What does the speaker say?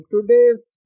today's